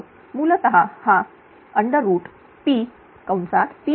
मूलतः हा